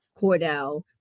Cordell